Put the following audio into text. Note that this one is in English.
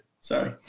Sorry